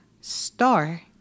star